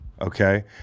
okay